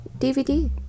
DVD